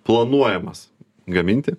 planuojamas gaminti